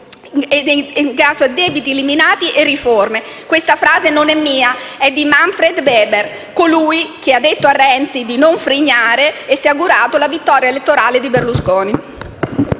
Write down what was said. futuro, debiti limitati e riforme. Questa frase non è mia, è di Manfred Weber, colui che ha detto a Renzi di non frignare e si è augurato la vittoria elettorale di Berlusconi.